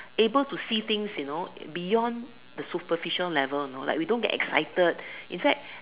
able to see things you know beyond the superficial level you know like we don't get excited in fact